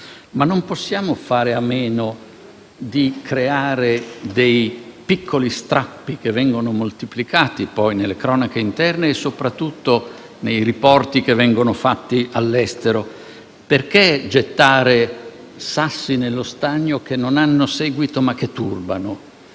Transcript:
Non possiamo fare a meno di creare dei piccoli strappi che - poi - vengono moltiplicati nelle cronache interne e, soprattutto, nei riporti che vengono fatti all'estero? Perché gettare sassi nello stagno che non hanno seguito, ma che turbano?